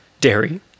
dairy